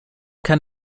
kann